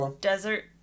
desert